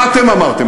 מה אתם אמרתם?